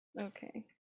Okay